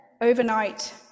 Overnight